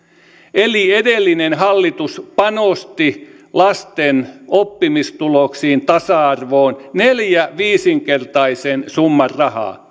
eli edellinen hallitus panosti lasten oppimistuloksiin tasa arvoon neljä viisikertaisen summan rahaa